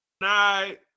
night